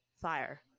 Fire